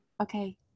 Okay